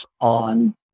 on